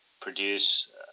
produce